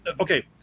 okay